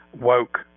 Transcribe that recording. woke